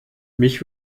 mich